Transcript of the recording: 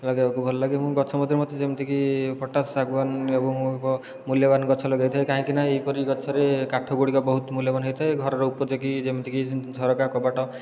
ଲଗାଇବାକୁ ଭଲଲାଗେ ମୁଁ ଗଛ ମଧ୍ୟରେ ମୋତେ ଯେମିତିକି ପଟାସ ଶାଗୁଆନ ଏବଂ ମୂଲ୍ୟବାନ ଗଛ ଲଗାଇଥାଏ କାହିଁକିନା ଏହିପରି ଗଛରେ କାଠଗୁଡ଼ିକ ବହୁତ ମୂଲ୍ୟବାନ ହୋଇଥାଏ ଘରର ଉପଯୋଗୀ ଯେମିତିକି ଝରକା କବାଟ